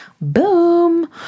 Boom